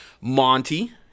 Monty